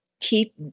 keep